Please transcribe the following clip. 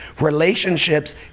Relationships